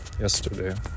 yesterday